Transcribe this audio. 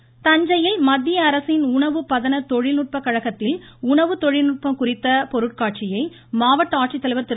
பொருட்காட்சி தஞ்சையில் மத்திய அரசின் உணவு பதன தொழில்நுட்ப கழகத்தில் உணவு தொழில்நுட்பம் குறித்த பொருட்காட்சியை மாவட்ட ஆட்சித்தலைவர் திரு